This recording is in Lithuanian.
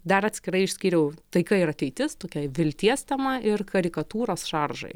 dar atskirai išskyriau taika ir ateitis tokiai vilties tema ir karikatūros šaržai